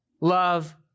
love